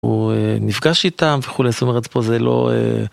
הוא נפגש איתם וכולי זאת אומרת פה זה לא.